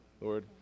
Lord